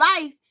life